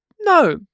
No